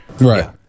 Right